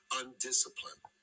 undisciplined